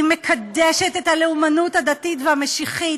היא מקדשת את הלאומנות הדתית והמשיחית